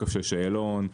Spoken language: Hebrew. תוקף שאלון,